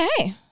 Okay